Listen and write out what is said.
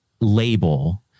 label